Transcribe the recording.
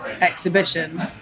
exhibition